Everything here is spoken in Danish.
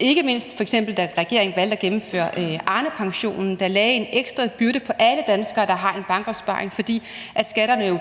Ikke mindst da regeringen valgte at gennemføre Arnepensionen, der lagde en ekstra byrde på alle danskere, der har en bankopsparing, fordi skatterne jo